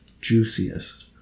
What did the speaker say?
juiciest